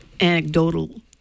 anecdotal